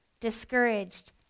discouraged